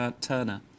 Turner